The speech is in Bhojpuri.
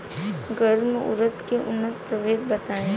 गर्मा उरद के उन्नत प्रभेद बताई?